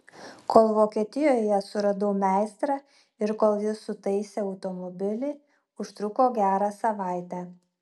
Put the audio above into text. kol vokietijoje suradau meistrą ir kol jis sutaisė automobilį užtruko gerą savaitę